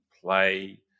play